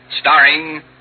starring